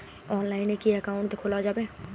অনলাইনে কি অ্যাকাউন্ট খোলা যাবে?